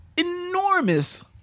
enormous